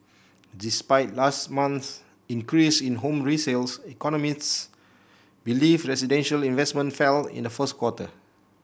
despite last month's increase in home resales economists believe residential investment fell in the first quarter